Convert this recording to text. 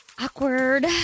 Awkward